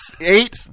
eight